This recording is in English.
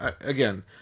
again